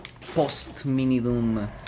post-mini-doom